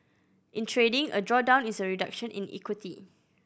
in trading a drawdown is a reduction in equity